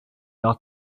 your